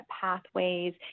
pathways